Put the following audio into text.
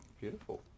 beautiful